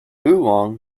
oolong